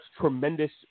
tremendous